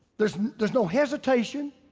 there's there's no hesitation.